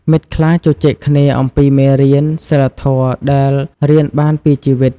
មិត្តខ្លះជជែកគ្នាអំពីមេរៀនសីលធម៌ដែលរៀនបានពីជីវិត។